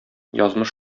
язмыш